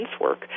work